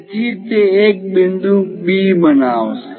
તેથી તે એક બિંદુ B બનાવશે